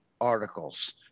articles